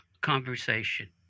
conversation